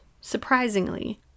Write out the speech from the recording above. surprisingly